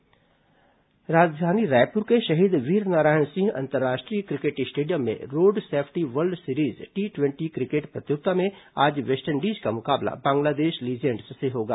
road safety cricket tournament राजधानी रायपुर के शहीद वीरनारायण सिंह अंतर्राष्ट्रीय क्रिकेट स्टेडियम में road safety world series T ट्वेटी क्रिकेट प्रतियोगिता में आज वेस्टइंडीज का मुकाबला बांग्लादेश लीजेंडस से होगा